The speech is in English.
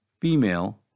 Female